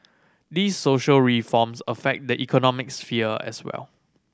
these social reforms affect the economic sphere as well